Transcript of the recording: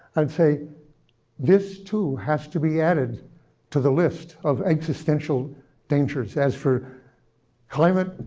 i'd say this, too, has to be added to the list of existential dangers. as for climate,